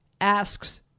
asks